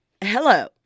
Hello